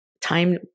time